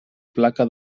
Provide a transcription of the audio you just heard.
placa